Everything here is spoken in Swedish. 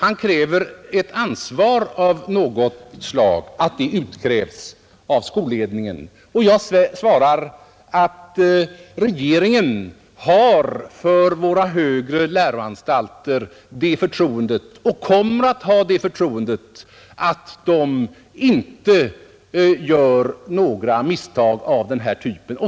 Jo, att ett ansvar av något slag utkräves av skolledningen. Jag svarar att regeringen har för våra högre läroanstalter det förtroendet — och kommer att ha det förtroendet — att de inte gör några misstag av den här typen.